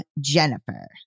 Jennifer